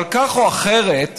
אבל כך או אחרת,